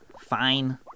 Fine